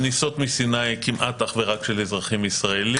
הכניסות מסיני הן כמעט אך ורק אזרחים ישראלים,